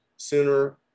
sooner